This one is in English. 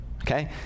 okay